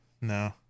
No